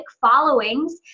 followings